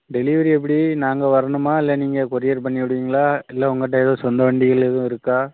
delivery எப்படி நாங்கள் வரணுமா இல்லை நீங்கள் கொரியர் பண்ணி விடுவீங்களா இல்லை உங்கள்ட்ட எதுவும் சொந்த வண்டிகள் எதுவும் இருக்கா